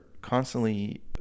constantly